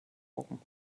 augen